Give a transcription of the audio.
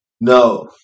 no